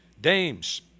dames